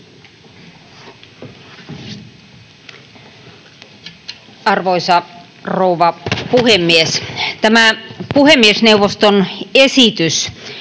Arvoisa rouva puhemies! Tämä puhemiesneuvoston esitys